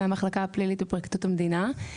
מהמחלקה הפלילית לפרקליטות המדינה.